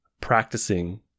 practicing